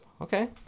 Okay